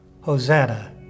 Hosanna